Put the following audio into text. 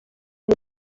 uyu